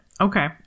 Okay